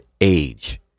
age